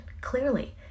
clearly